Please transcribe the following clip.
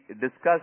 discussed